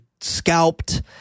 scalped